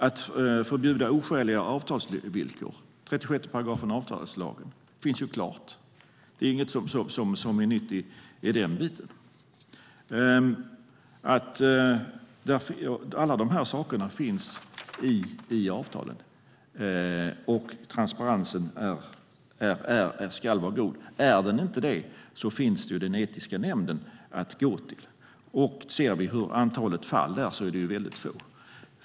Ett förbud mot oskäliga avtalsvillkor finns i 36 § i avtalslagen. Det är ingenting nytt. Alla dessa saker finns i avtalet. Transparensen ska vara god. Är den inte det finns den etiska nämnden att gå till. Antalet fall där är väldigt litet.